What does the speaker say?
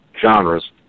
genres